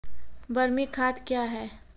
बरमी खाद कया हैं?